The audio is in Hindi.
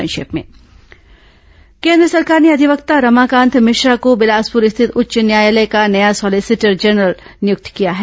संक्षिप्त समाचार केन्द्र सरकार ने अधिवक्ता रमाकांत मिश्रा को बिलासपुर स्थित उच्च न्यायालय का नया सॉलिसिटर जनरल नियुक्त किया है